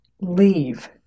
leave